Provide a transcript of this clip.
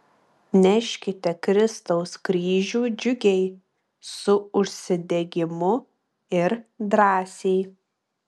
neškite kristaus kryžių džiugiai su užsidegimu ir drąsiai